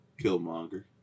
Killmonger